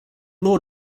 law